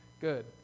good